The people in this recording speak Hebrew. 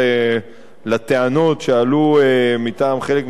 הטענות שעלו מטעם חלק מחברי הכנסת,